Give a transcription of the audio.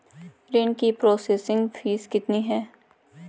ऋण की processing fees कितनी है?